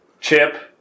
Chip